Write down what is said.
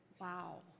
Wow